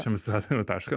čia mes dedame tašką